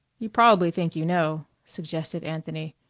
you probably think you know, suggested anthony,